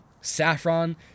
Saffron